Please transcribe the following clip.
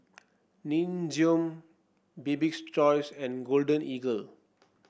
Nin Jiom Bibik's Choice and Golden Eagle